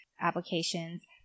applications